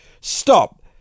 stop